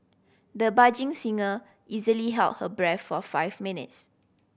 the budding singer easily held her breath for five minutes